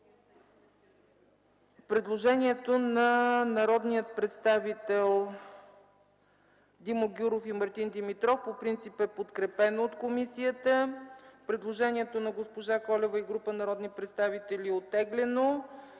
Предложението на народните представители Димо Гяуров и Мартин Димитров по принцип е подкрепено от комисията. Предложението на госпожа Колева и група народни представители е оттеглено.